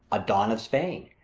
a don of spain,